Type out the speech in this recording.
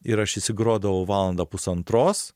ir aš įsigrodavau valandą pusantros